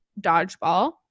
dodgeball